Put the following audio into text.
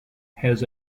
has